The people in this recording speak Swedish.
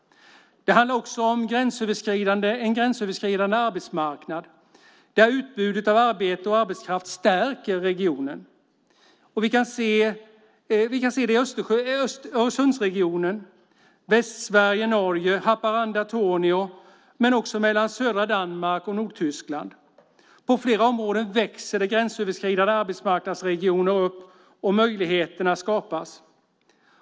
Det handlar också om en gränsöverskridande arbetsmarknad där utbudet av arbete och arbetskraft stärker regionen. Vi kan se det i Öresundsregionen, mellan Västsverige och Norge, mellan Haparanda och Torneå och också mellan södra Danmark och Nordtyskland. På flera områden växer gränsöverskridande arbetsmarknadsregioner upp, och möjligheterna skapas.